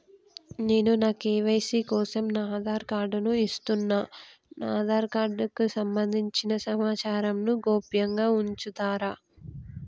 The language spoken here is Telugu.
నేను నా కే.వై.సీ కోసం నా ఆధార్ కార్డు ను ఇస్తున్నా నా ఆధార్ కార్డుకు సంబంధించిన సమాచారంను గోప్యంగా ఉంచుతరా?